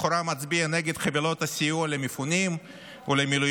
לכאורה מצביע נגד חבילות הסיוע למפונים ולמילואימניקים.